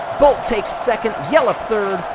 blt takes second, ylp third,